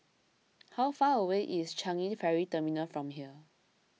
how far away is Changi Ferry Terminal from here